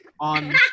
on